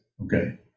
Okay